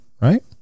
right